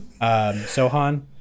Sohan